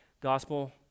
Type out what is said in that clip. gospel